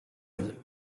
ville